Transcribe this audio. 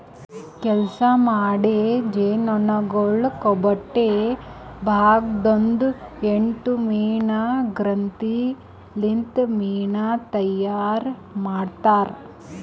ಕೆಲಸ ಮಾಡೋ ಜೇನುನೊಣಗೊಳ್ ಕೊಬ್ಬೊಟ್ಟೆ ಭಾಗ ದಾಂದು ಎಂಟು ಮೇಣ ಗ್ರಂಥಿ ಲಿಂತ್ ಮೇಣ ತೈಯಾರ್ ಮಾಡ್ತಾರ್